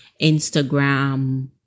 Instagram